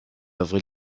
œuvre